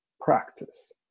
practice